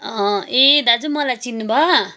अँ ए दाजु मलाई चिन्नु भयो